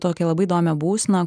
tokią labai įdomią būseną